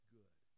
good